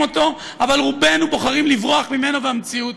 אותו אבל רובנו בוחרים לברוח ממנו ומהמציאות,